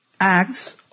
acts